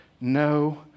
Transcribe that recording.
no